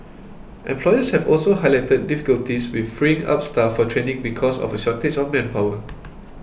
employers have also highlighted difficulties with freeing up staff for training because of a shortage of manpower